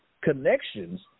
connections